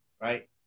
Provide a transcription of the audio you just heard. Right